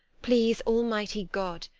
please almighty god,